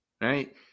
right